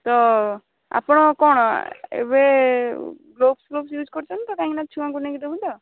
ତ ଆପଣ କ'ଣ ଏବେ ଗ୍ଲୋବସ୍ ଫ୍ଲୋବସ୍ ୟୁଜ୍ କରୁଛନ୍ତି ତ କାହିଁକିନା ଛୁଆଙ୍କୁ ନେଇକି ଦେବୁ ତ